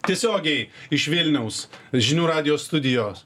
tiesiogiai iš vilniaus žinių radijo studijos